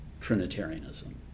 Trinitarianism